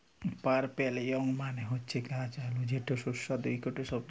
purple yam মালে হচ্যে গাছ আলু যেটা সুস্বাদু ইকটি সবজি